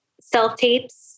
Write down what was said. self-tapes